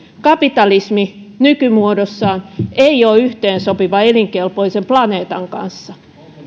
kapitalismi nykymuodossaan ei ole yhteensopiva elinkelpoisen planeetan kanssa